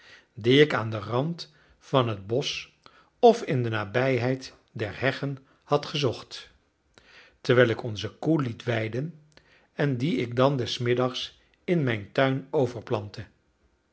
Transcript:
die ik aan den rand van het bosch of in de nabijheid der heggen had gezocht terwijl ik onze koe liet weiden en die ik dan des middags in mijn tuin